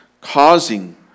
causing